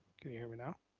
can you hear me now?